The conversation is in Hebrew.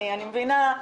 סליחה,